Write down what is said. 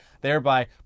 thereby